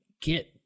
get